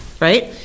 Right